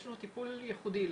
יש לנו טיפול ייחודי.